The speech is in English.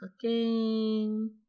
Cooking